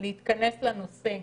להתכנס לנושא,